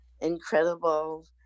incredible